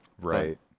Right